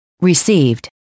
received